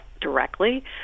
directly